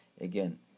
again